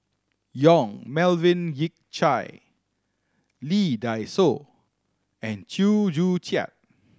Yong Melvin Yik Chye Lee Dai Soh and Chew Joo Chiat